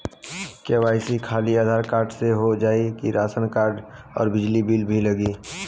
KYC खाली Aadhaar card से हो जाए कि राशन कार्ड अउर बिजली बिल भी लगी?